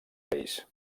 reis